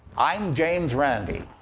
i'm james randi,